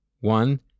one